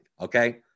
Okay